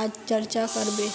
आज चर्चा करबे